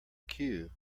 queue